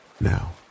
Now